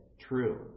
true